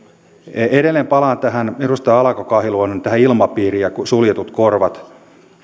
edelleen palaan edustaja alanko kahiluodon kysymykseen ilmapiiristä ja suljetuista korvista